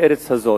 לארץ הזאת,